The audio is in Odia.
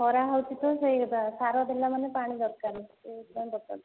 ଖରା ହେଉଛି ତ ସେ ସାର ଦେଲା ମାନେ ପାଣି ଦରକାର ସେଇଥିପାଇଁ ପଚାରୁଥିଲି